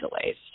delays